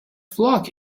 flock